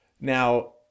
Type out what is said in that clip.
Now